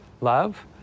love